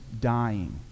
dying